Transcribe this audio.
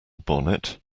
bonnet